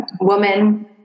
woman